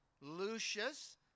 Lucius